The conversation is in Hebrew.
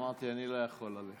אמרתי: אני לא יכול ללכת.